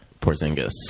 Porzingis